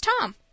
Tom